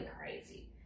crazy